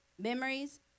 memories